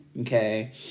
Okay